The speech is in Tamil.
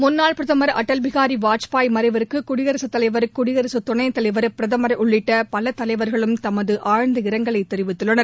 முன்னாள் பிரதமர் அடல் பிகாரி வாஜ்பாய் மறைவுக்கு குடியரசுத் தலைவர் குடியரசுத் துணைத் தலைவர் பிரதமர் உள்ளிட்ட பல தலைவர்களும் தமது ஆழ்ந்த இரங்கலை தெரிவித்துள்ளனர்